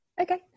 Okay